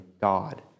God